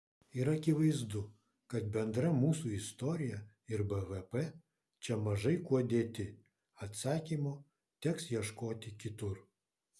ir akivaizdu kad bendra mūsų istorija ir bvp čia mažai kuo dėti atsakymo teks ieškoti kitur